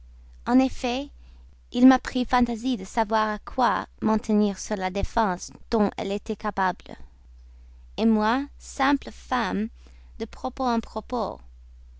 en effet il m'a pris fantaisie de savoir à quoi m'en tenir sur la défense dont elle était capable moi simple femme de propos en propos